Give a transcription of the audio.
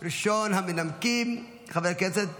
ראשון המנמקים, חבר הכנסת